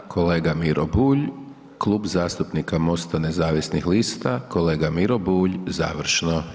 I sada kolega Miro Bulj, Kluba zastupnika Mosta nezavisnih lista, kolega Miro Bulj završno.